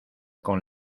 con